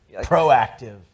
Proactive